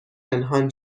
پنهان